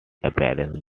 appearances